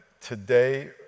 today